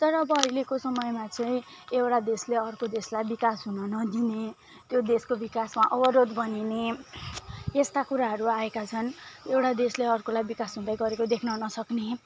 तर अब अहिलेको समयमा चाहिँ एउटा देशले अर्को देशलाई विकास हुन नदिने त्यो देशको विकासमा अवरोध बनिने यस्ता कुराहरू आएका छन् एउटा देशले अर्कोलाई विकास हुँदै गरेको देख्न नसक्ने